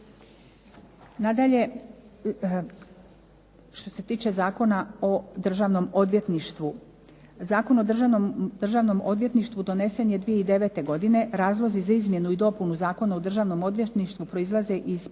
Nadalje, što se tiče Zakona o Državnom odvjetništvu. Zakon o Državnom odvjetništvu donesen je 2009. godine. Razlog za izmjenu i dopunu Zakona o Državnom odvjetništvu proizlaze iz